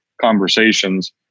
conversations